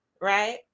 Right